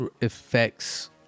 effects